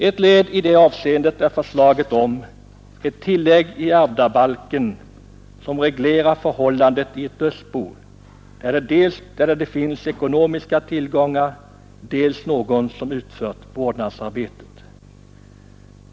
Ett led i det avseendet är förslaget om ett tillägg i ärvdabalken som reglerar förhållandet i ett dödsbo, där det finns dels ekonomiska tillgångar, dels någon som utfört vårdnadsarbete.